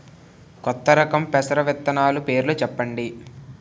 కొత్త రకం పెసర విత్తనాలు పేర్లు చెప్పండి?